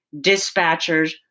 dispatchers